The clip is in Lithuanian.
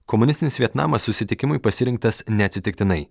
komunistinis vietnamas susitikimui pasirinktas neatsitiktinai